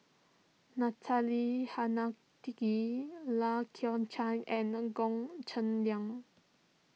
Natalie Hennedige Lai Kew Chai and an Goh Cheng Liang